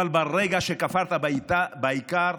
אבל ברגע שכפרת בעיקר,